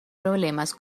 problemas